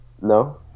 No